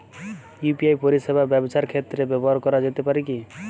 UPI পরিষেবা ব্যবসার ক্ষেত্রে ব্যবহার করা যেতে পারে কি?